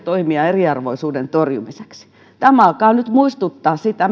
toimia eriarvoisuuden torjumiseksi tämä alkaa nyt muistuttaa sitä